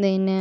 പിന്നേ